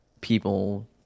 people